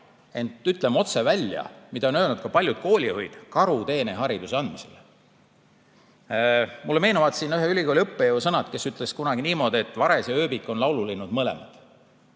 ent ütleme otse välja, mida on öelnud ka paljud koolijuhid: karuteene hariduse andmisele. Mulle meenuvad siin ühe ülikooliõppejõu sõnad, kes ütles kunagi niimoodi, et vares ja ööbik on laululinnud mõlemad,